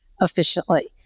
efficiently